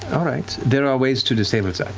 all right. there are ways to disable that.